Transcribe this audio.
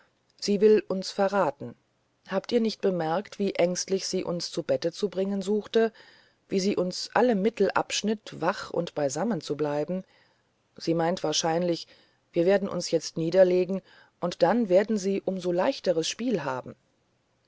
sie will uns verraten habt ihr nicht bemerkt wie ängstlich sie uns zu bette zu bringen suchte wie sie uns alle mittel abschnitt wach und beisammen zu bleiben sie meint wahrscheinlich wir werden uns jetzt niederlegen und dann werde sie um so leichteres spiel haben